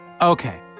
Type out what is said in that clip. Okay